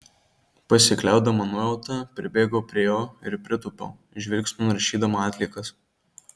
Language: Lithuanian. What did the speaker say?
pasikliaudama nuojauta pribėgau prie jo ir pritūpiau žvilgsniu naršydama atliekas